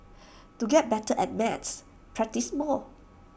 to get better at maths practise more